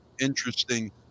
interesting